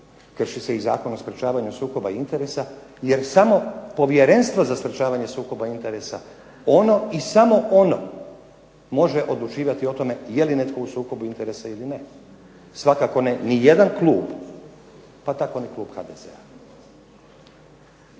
krši se i Zakon o sprečavanju sukoba interesa jer samo Povjerenstvo za sprečavanje sukoba interesa ono i samo ono može odlučivati o tome je li netko u sukobu interesa ili ne. Svakako ne nijedan klub pa tako ni klub HDZ-a.